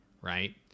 Right